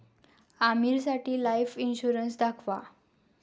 आमीरसाठी life insurance दाखवा